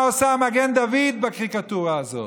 מה עושה המגן דוד בקריקטורה הזאת?